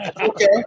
okay